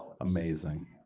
Amazing